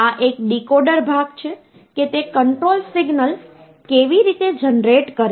આ એક ડીકોડર ભાગ છે કે તે કંટ્રોલ સિગ્નલ કેવી રીતે જનરેટ કરે છે